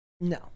No